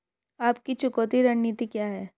आपकी चुकौती रणनीति क्या है?